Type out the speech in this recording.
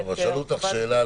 חובת --- שאלו אותך שאלה.